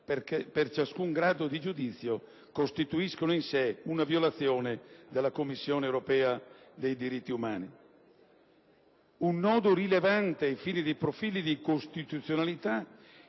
per ciascun grado di giudizio, costituiscono in sé una violazione della Convenzione europea dei diritti umani. Un nodo rilevante ai fini dei profili di incostituzionalità